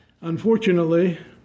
Unfortunately